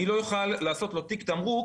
אני לא אוכל לעשות לו תיק תמרוק,